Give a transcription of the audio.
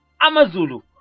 Amazulu